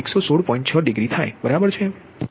6 degree થાય બરાબર છે